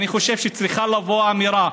אני חושב שצריכה לבוא אמירה,